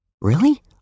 Really